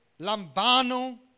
lambano